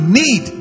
need